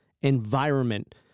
environment